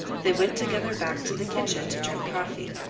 they went together back to the kitchen to drink coffee.